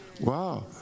Wow